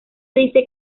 dice